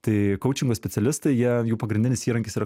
tai kaučingo specialistai jie jų pagrindinis įrankis yra